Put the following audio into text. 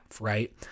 Right